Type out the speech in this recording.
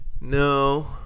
No